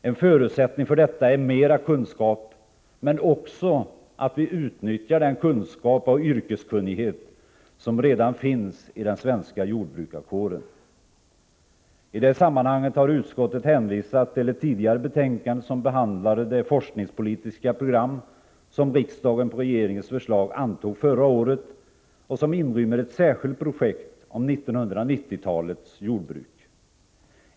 En förutsättning för detta är mera kunskap, men också att vi utnyttjar den kunskap och yrkeskunnighet som redan finns i den svenska jordbrukarkåren. I det sammanhanget har utskottet hänvisat till ett tidigare betänkande, som behandlade det forskningspolitiska program som riksdagen på regeringens förslag antog förra året och som inrymmer ett särskilt projekt om 1990-talets jordbruk.